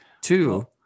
Two